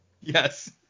yes